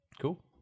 cool